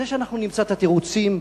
זה שאנחנו נמצא את התירוצים,